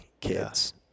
kids